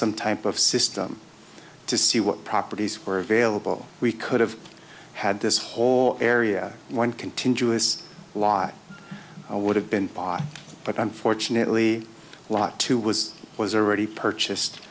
some type of system to see what properties were available we could have had this whole area one continuous lie i would have been bought but unfortunately a lot too was was already purchased